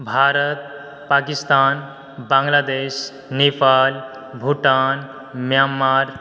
Bharat Pakistan Bangladesh Nepal Bhutan Myanmar